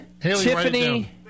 Tiffany